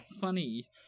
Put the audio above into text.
funny